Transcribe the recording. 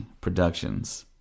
Productions